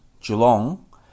Geelong